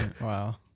Wow